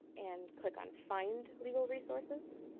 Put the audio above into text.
and click on find legal resources.